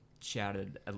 Shouted